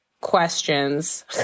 questions